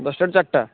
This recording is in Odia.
ଦଶଟାରୁ ଚାରିଟା